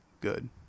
good